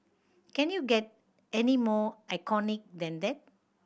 can you get any more iconic than that